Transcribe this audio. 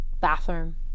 bathroom